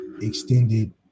extended